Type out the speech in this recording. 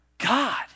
God